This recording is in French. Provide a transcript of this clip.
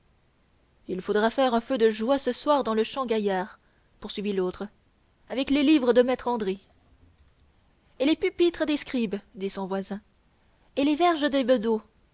il faudra faire un feu de joie ce soir dans le champ gaillard poursuivit l'autre avec les livres de maître andry et les pupitres des scribes dit son voisin et les verges des